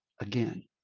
again